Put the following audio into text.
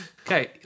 Okay